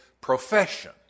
profession